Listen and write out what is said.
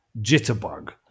jitterbug